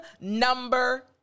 number